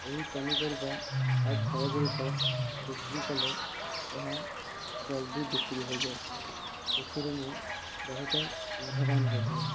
ଏହି ପନିପରିବା ଆଉ ଫଳ ଗୁଡ଼ିକ ବିକ୍ରି କଲେ ଏହା ଜଲ୍ଦି ବିକ୍ରି ହୋଇଯାଏ ସେଥିରୁ ମୁଁ ବହୁତ ଲାଭବାନ ହୋଇଥାଏ